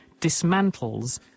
dismantles